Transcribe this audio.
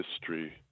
history